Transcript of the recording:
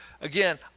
Again